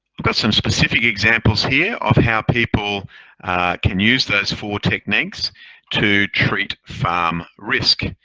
i've got some specific examples here of how people can use those four techniques to treat farm risk.